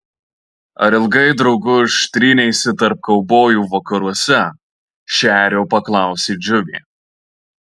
ar ilgai drauguž tryneisi tarp kaubojų vakaruose šerio paklausė džiuvė